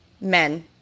men